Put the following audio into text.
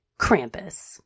Krampus